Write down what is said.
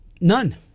None